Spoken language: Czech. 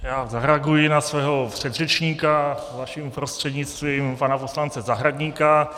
Já zareaguji na svého předřečníka, vaším prostřednictvím, pana poslance Zahradníka.